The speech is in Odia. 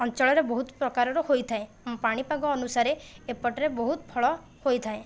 ଅଞ୍ଚଳରେ ବହୁତ ପ୍ରକାରର ହୋଇଥାଏ ପାଣିପାଗ ଅନୁସାରେ ଏପଟରେ ବହୁତ ଫଳ ହୋଇଥାଏ